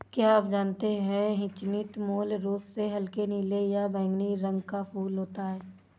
क्या आप जानते है ह्यचीन्थ मूल रूप से हल्के नीले या बैंगनी रंग का फूल होता है